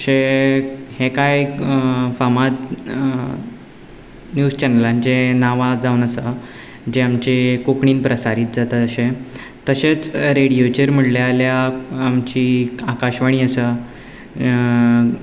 अशे हे कांय फामाद निव्ज चॅनलांची नांवां जावन आसा जे आमचे कोंकणीन प्रसारीत जाता अशे तशेच रेडिओचेर म्हणलें जाल्यार आमची आकाशवाणी आसा